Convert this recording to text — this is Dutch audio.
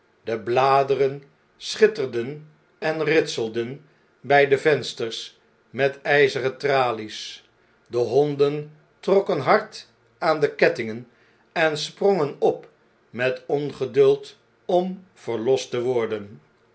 de bladeren schitterden en ritselden bij de vensters met ijzeren tralies de honden trokken hard aan de kettingen en sprongen op met ongeduld om verlost te worden